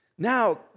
Now